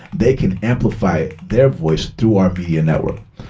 they can amplify their voice through our media network.